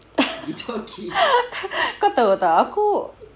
kau tahu tak aku